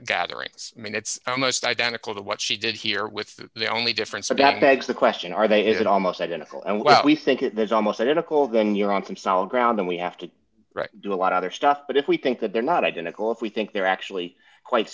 gatherings i mean it's almost identical to what she did here with the only difference is that begs the question are they is it almost identical and what we think it is almost identical then you're on solid ground and we have to do a lot of other stuff but if we think that they're not identical if we think they're actually quite